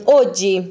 oggi